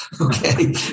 Okay